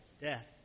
death